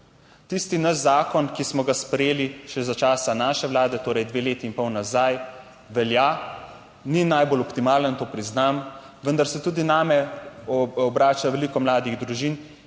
Tisti naš zakon, ki smo ga sprejeli še za časa naše vlade, torej dve leti in pol nazaj velja, ni najbolj optimalen, to priznam, vendar se tudi name obrača veliko mladih družin,